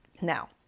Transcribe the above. Now